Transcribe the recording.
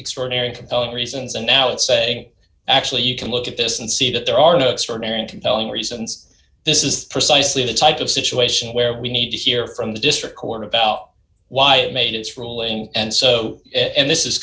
extraordinary compelling reasons and now it's saying actually you can look at this and see that there are no extraordinary and compelling reasons this is precisely the type of situation where we need to hear from the district court about why it made its ruling and so and this is